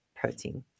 protein